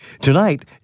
Tonight